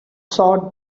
short